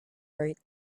bright